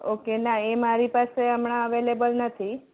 okay ના એ મારી પાસે હમણાં અવેલેબલ નથી